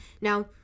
Now